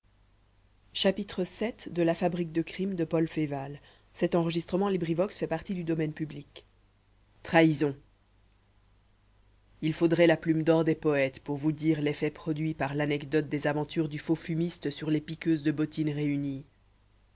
vii trahison il faudrait la plume d'or des poètes pour vous dire l'effet produit par l'anecdote des aventures du faux fumiste sur les piqueuses de bottines réunies